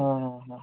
हं हं हं